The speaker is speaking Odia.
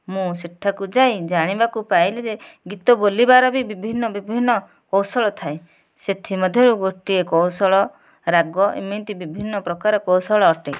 ମୁଁ ସେଠାକୁ ଯାଇ ଜାଣିବାକୁ ପାଇଲି ଯେ ଗୀତ ବୋଲିବାର ବି ବିଭିନ୍ନ ବିଭିନ୍ନ କୌଶଳ ଥାଏ ସେଥିମଧ୍ୟରୁ ଗୋଟିଏ କୌଶଳ ରାଗ ଏମିତି ବିଭିନ୍ନ ପ୍ରକାର କୌଶଳ ଅଟେ